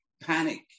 panic